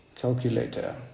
Calculator